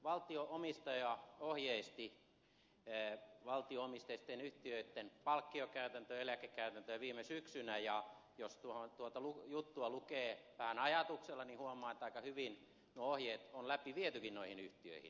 valtio omistaja ohjeisti valtio omisteisten yhtiöitten palkkiokäytäntöä ja eläkekäytäntöä viime syksynä ja jos tuota juttua lukee vähän ajatuksella niin huomaa että aika hyvin nuo ohjeet on läpi vietykin noihin yhtiöihin